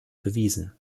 bewiesen